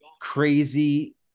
crazy